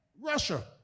Russia